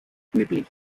üblich